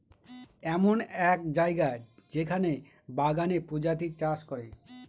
এমন এক জায়গা যেখানে বাগানে প্রজাপতি চাষ করে